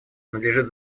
надлежит